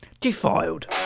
defiled